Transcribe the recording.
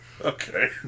Okay